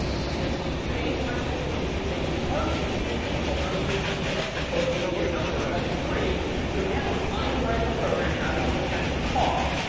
i just change my puzzle piece to take an argument and input unto itself? and that input can be a number like three. so now, if i am writing a program and i want the cat to cough,